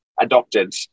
adopted